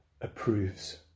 approves